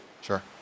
Sure